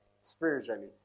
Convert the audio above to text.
spiritually